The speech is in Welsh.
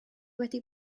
wedi